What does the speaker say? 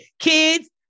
kids